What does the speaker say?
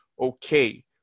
okay